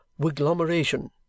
wigglomeration